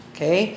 Okay